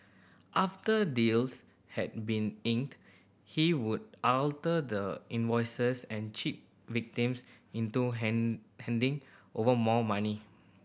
after deals had been inked he would alter the invoices and cheat victims into hand handing over more money